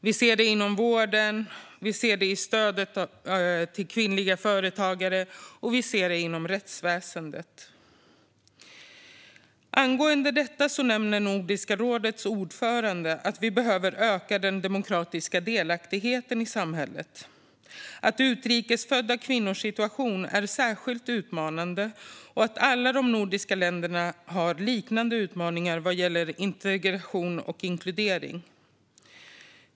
Vi ser det inom vården, vi ser det i stödet till kvinnliga företagare och vi ser det inom rättsväsendet. Angående detta nämner Nordiska rådets ordförande att vi behöver öka den demokratiska delaktigheten i samhället, att utrikesfödda kvinnors situation är särskilt utmanande och att alla de nordiska länderna har liknande utmaningar vad gäller integration och inkludering.